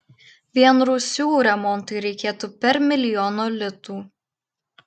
vien rūsių remontui reikėtų per milijono litų